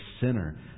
sinner